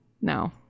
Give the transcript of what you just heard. no